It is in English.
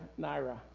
Naira